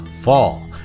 fall